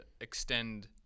extend